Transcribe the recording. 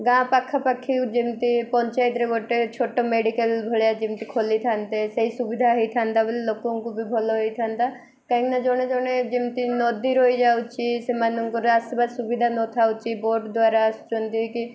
ଗାଁ ପାଖାପାଖି ଯେମିତି ପଞ୍ଚାୟତରେ ଗୋଟେ ଛୋଟ ମେଡ଼ିକାଲ ଭଳିଆ ଯେମିତି ଖୋଲିଥାନ୍ତେ ସେଇ ସୁବିଧା ହେଇଥାନ୍ତା ବୋଲି ଲୋକଙ୍କୁ ବି ଭଲ ହେଇଥାନ୍ତା କାହିଁକିନା ଜଣେ ଜଣେ ଯେମିତି ନଦୀ ରହିଯାଉଛି ସେମାନଙ୍କର ଆସିବା ସୁବିଧା ନ ଥାଉଛି ବୋଟ୍ ଦ୍ୱାରା ଆସୁଛନ୍ତି କି